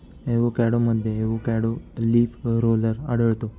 एवोकॅडोमध्ये avocado leaf roller आढळतो